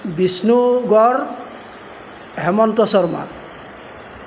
Bishnu Garh Hemanta Sharma